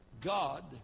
God